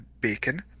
bacon